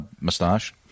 moustache